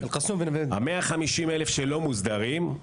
ה-150,000 שלא מוסדרים,